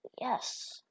Yes